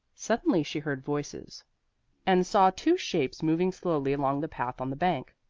suddenly she heard voices and saw two shapes moving slowly along the path on the bank.